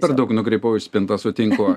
per daug nukrypau į spintą sutinku